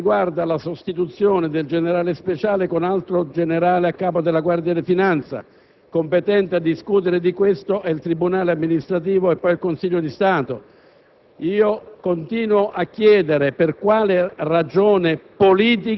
Vi è poi un aspetto di tipo giuridico-amministrativo, che riguarda la sostituzione del generale Speciale con altro generale a capo della Guardia di finanza. Competente a discutere di questo è il tribunale amministrativo e poi il Consiglio di Stato.